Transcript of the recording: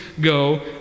go